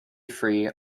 free